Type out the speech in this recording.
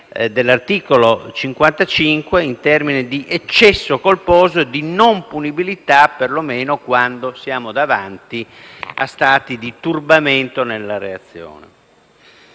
l'articolo 55 in termini di eccesso colposo, di non punibilità, per lo meno quando siamo di fronte a stati di turbamento nella reazione.